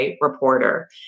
reporter